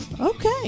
Okay